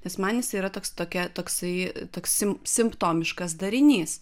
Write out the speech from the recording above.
nes man jis yra toks tokia toksai taks sim simptomiškas darinys